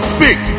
Speak